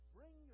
Bring